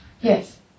Yes